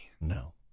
No